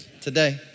today